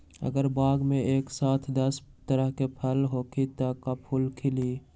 अगर बाग मे एक साथ दस तरह के पौधा होखि त का फुल खिली?